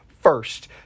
first